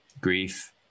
grief